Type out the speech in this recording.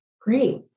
great